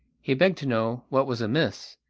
he begged to know what was amiss,